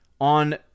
on